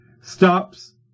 stops